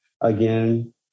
again